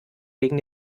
gegen